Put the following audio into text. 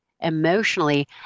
emotionally